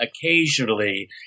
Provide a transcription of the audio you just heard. occasionally